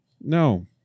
no